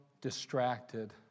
distracted